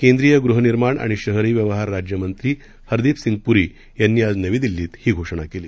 केंद्रीय गृहनिर्माण आणि शहरी व्यवहार राज्यमंत्री हरदीपसिंग पूरी यांनी आज नवी दिल्लीत ही घोषणा केली